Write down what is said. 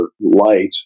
light